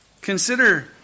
Consider